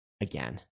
again